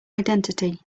identity